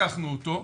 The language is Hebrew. לקחנו אותו,